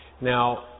Now